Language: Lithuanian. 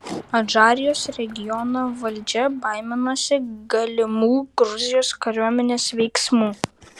adžarijos regiono valdžia baiminosi galimų gruzijos kariuomenės veiksmų